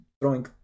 throwing